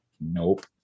Nope